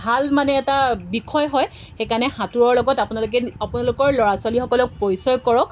ভাল মানে এটা বিষয় হয় সেইকাৰণে সাঁতোৰৰ লগত আপোনালোকে আপোনালোকৰ ল'ৰা ছোৱালীসকলক পৰিচয় কৰক